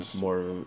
more